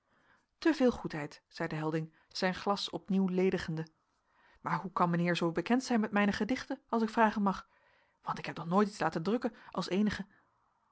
veel goedheid zeide helding zijn glas op nieuw ledigende maar hoe kan mijnheer zoo bekend zijn met mijne gedichten als ik vragen mag want ik heb nog nooit iets laten drukken als eenige